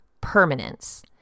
Permanence